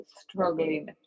struggling